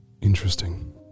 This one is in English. Interesting